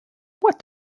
what